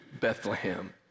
Bethlehem